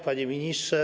Panie Ministrze!